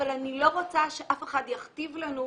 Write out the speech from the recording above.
אבל אני לא רוצה שאף אחד יכתיב לנו.